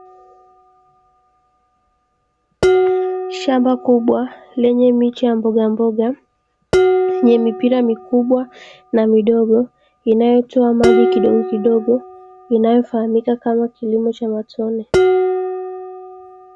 Shamba kubwa lenye miche ya mbogamboga, yenye mipira mikubwa na midogo inayotoa maji kidogokidogo, inayofahamika kama kilimo cha matone.